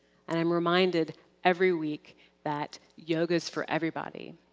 and i'm reminded every week that yoga is for everybody.